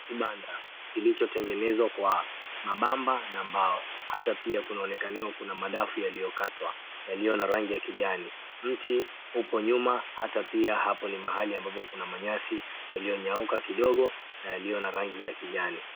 Kibanda kilichotengenezwa kwa mabamba na mbao. Hata pia kunaonekaniwa kuna madafu yaliokatwa yaliyo na rangi ya kijani. Mti upo nyuma hata pia hapo ni mahali ambapo kuna manyasi yaliyonyauka kidogo na yaliyo na rangi ya kijani.